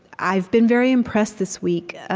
i've been very impressed this week ah